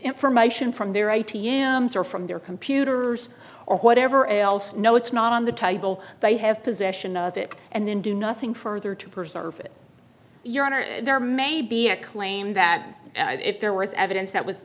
information from their i t m from their computer or whatever else no it's not on the table they have possession of it and then do nothing further to preserve it your honor there may be a claim that if there was evidence that was